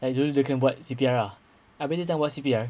actually they can buat C_P_R ah habis buat C_P_R